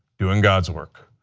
doing god's work.